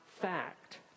fact